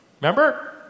Remember